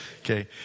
okay